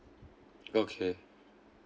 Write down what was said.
okay